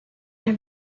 her